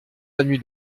avenue